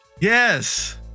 Yes